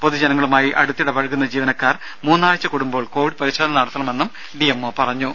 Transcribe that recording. പൊതുജനങ്ങളുമായി അടുത്തിടപഴകുന്ന ജീവനക്കാർ മൂന്നാഴ്ച്ച കൂടുമ്പോൾ കോവിഡ് പരിശോധന നടത്തണമെന്നും ഡിഎംഒ പറഞ്ഞു